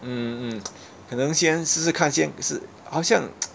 mm mm mm 可能先试试看先可是好像